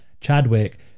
Chadwick